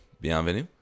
bienvenue